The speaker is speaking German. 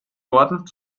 norden